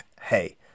hey